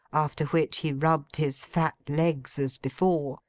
after which he rubbed his fat legs as before,